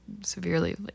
severely